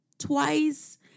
twice